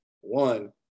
one